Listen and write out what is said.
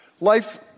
life